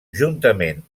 juntament